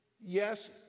yes